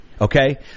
Okay